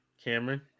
Cameron